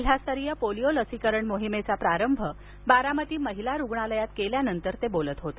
जिल्हास्तरीय पोलिओ लसीकरण मोहिमेचा आरंभ बारामती महिला रुग्णालयात केल्यानंतर ते बोलत होते